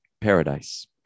Paradise